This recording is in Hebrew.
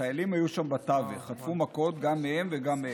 החיילים היו שם בתווך, חטפו מכות גם מהם וגם מהם.